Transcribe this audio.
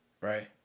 right